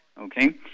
okay